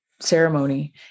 ceremony